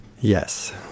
Yes